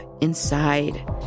inside